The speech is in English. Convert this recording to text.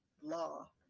law